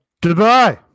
Goodbye